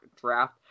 draft